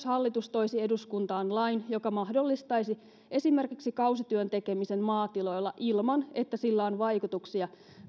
hallitus toisi eduskuntaan lain joka mahdollistaisi esimerkiksi kausityön tekemisen maatiloilla ilman että sillä on vaikutuksia